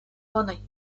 money